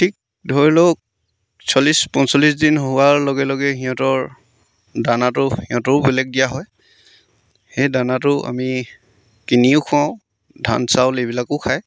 ঠিক ধৰি লওক চল্লিছ পঞ্চল্লিছ দিন হোৱাৰ লগে লগে সিহঁতৰ দানাটো সিহঁতৰো বেলেগ দিয়া হয় সেই দানাটো আমি কিনিও খুৱাওঁ ধান চাউল এইবিলাকো খায়